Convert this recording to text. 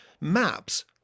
maps